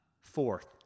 Fourth